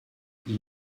ils